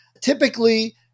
typically